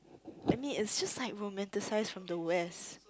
I mean it's just like romanticize from the west